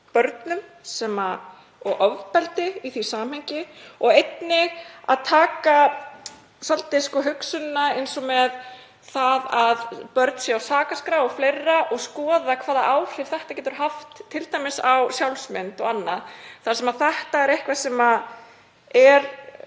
börnum og ofbeldi í því samhengi og einnig að taka svolítið hugsunina með að börn séu á sakaskrá og fleira og skoða hvaða áhrif þetta getur haft t.d. á sjálfsmynd og annað þar sem þetta er ekki það sem við